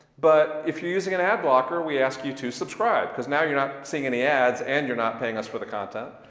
but if you're using an ad blocker, we ask you to subscribe because now you're not seeing any ads, and you're not paying us for the content.